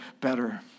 better